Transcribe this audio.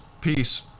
Peace